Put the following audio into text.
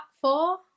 four